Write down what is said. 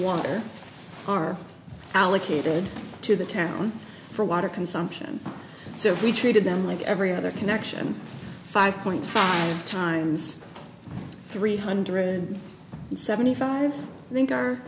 water are allocated to the town for water consumption so we treated them like every other connection five point five times three hundred seventy five think